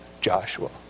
Joshua